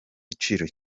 iciro